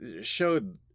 showed